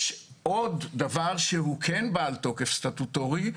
יש דבר שהוא בעל תוקף סטטוטורי,